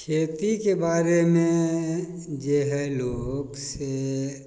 खेतीके बारेमे जे हइ लोक से